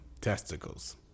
testicles